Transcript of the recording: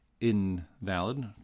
invalid